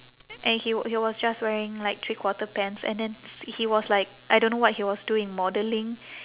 and he w~ he was just wearing like three quarter pants and then he was like I don't know what he was doing modelling